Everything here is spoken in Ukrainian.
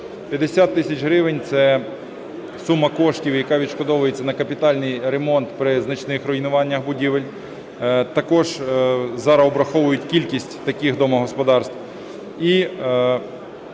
50 тисяч гривень – це сума коштів, яка відшкодовується на капітальний ремонт при значних руйнуваннях будівель. Також зараз обраховують кількість таких домогосподарств.